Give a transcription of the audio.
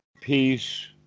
peace